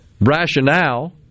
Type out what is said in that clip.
rationale